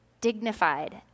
dignified